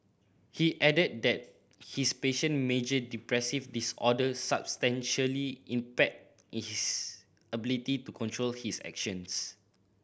he added that his patient major depressive disorder substantially impaired his ability to control his actions